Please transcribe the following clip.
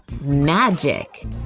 Magic